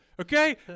okay